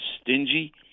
stingy